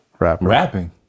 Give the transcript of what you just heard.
Rapping